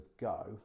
go